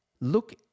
look